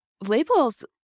Labels